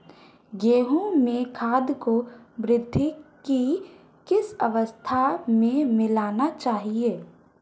गेहूँ में खाद को वृद्धि की किस अवस्था में मिलाना चाहिए?